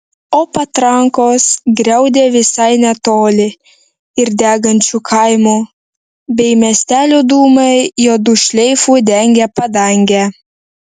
o patrankos griaudė visai netoli ir degančių kaimų bei miestelių dūmai juodu šleifu dengė padangę